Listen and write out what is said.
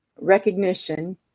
Recognition